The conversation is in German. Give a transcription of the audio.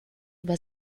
über